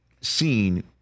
seen